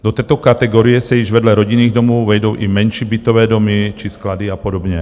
Do této kategorie se již vedle rodinných domů vejdou i menší bytové domy či sklady a podobně.